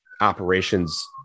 operations